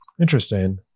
Interesting